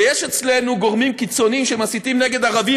ויש אצלנו גורמים קיצוניים שמסיתים נגד ערבים,